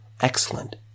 excellent